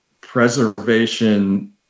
preservation